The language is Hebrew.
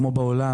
כמו בעולם,